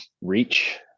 reach